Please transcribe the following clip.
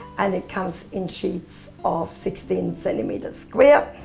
and it comes in sheets of sixteen centimetres square.